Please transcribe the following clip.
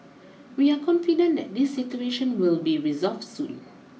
we are confident that this situation will be resolved soon